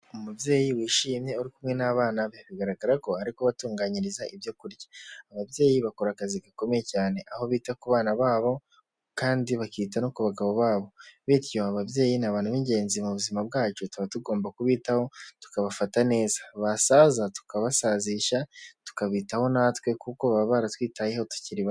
Umubyeyi wishimye uri kumwe n'abana be. Bigaragara ko ari kubatunganyiriza ibyo kurya. Ababyeyi bakora akazi gakomeye cyane, aho bita ku bana babo kandi bakita no ku bagabo babo. Bityo ababyeyi ni abantu b'ingenzi mu buzima bwacu, tuba tugomba kubitaho, tukabafata neza. Basaza tukabasazisha, tukabitaho natwe kuko baba baratwitayeho tukiri baho.